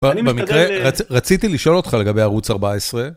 רציתי לשאול אותך לגבי ערוץ 14.